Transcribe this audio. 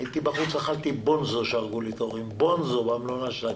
והיה אוכל בונזו מהמלונה של הכלב.